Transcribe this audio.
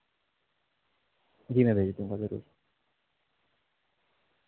جی میں بھیج دوں گا ضرور